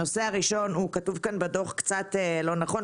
הנושא הראשון כתוב כאן בדוח קצת לא נכון.